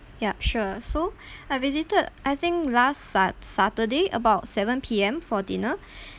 yup sure so I visited I think last sat~ saturday about seven P_M for dinner